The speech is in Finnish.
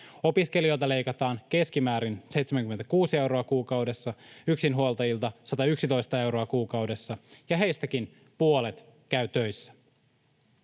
Opiskelijoilta leikataan keskimäärin 76 euroa kuukaudessa ja yksinhuoltajilta 111 euroa kuukaudessa, ja heistäkin puolet käy töissä.